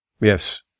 Yes